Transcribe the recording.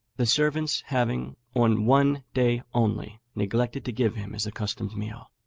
the servants having, on one day only, neglected to give him his accustomed meal,